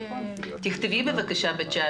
תכתבי לה בבקשה בתשובה: